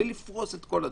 בלי לפרוש את כל הדברים.